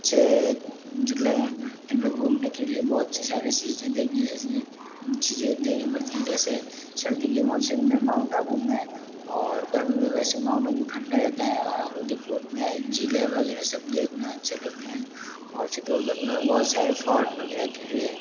अच्छे जिले इनमे घूमने के लिए बहुत सारी चीज़ें देखी जैसी चीज़ें देखनी पड़ती है जैसे सर्दी के मौसम में माउंट आबू में और गर्मी मैं वैसे माउंट आबू ठंडा रहता है और उदयपुर में झीले वगैरह सब अच्छे लगते है और चित्तौड़गढ़ मैं बहुत सारे फोर्ट वगैरह किले